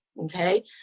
okay